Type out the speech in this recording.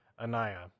Anaya